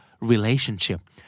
Relationship